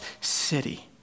city